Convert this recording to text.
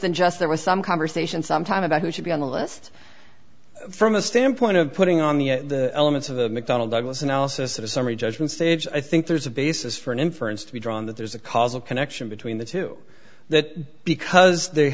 than just there was some conversation some time about who should be on the list from a standpoint of putting on the elements of the mcdonnell douglas analysis of summary judgment stage i think there's a basis for an inference to be drawn that there's a causal connection between the two that because